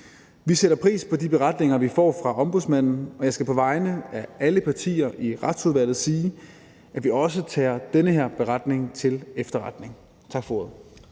Vi sætter pris på de beretninger, vi får fra Ombudsmanden, og jeg skal på vegne af alle partier i Retsudvalget sige, at vi også tager den her beretning til efterretning. Tak for ordet.